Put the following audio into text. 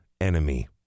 Enemy